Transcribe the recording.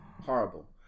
Horrible